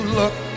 look